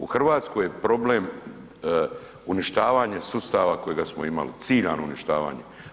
U Hrvatskoj je problem uništavanje sustava kojega smo imali, ciljano uništavanje.